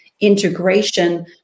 integration